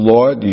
Lord